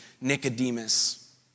Nicodemus